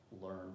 learn